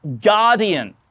Guardian